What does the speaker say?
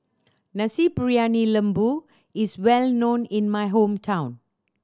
Nasi Briyani Lembu is well known in my hometown